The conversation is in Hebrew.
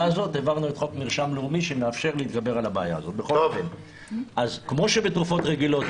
יש